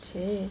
!chey!